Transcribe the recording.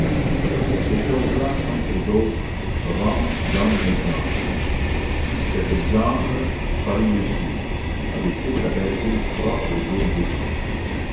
pour ces choses-là comme pour d'autres rome donne l'exemple cet exemple paris le suit avec toute la bêtise propre aux villes d'esprit